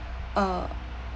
uh